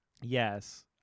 Yes